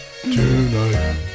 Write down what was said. tonight